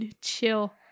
chill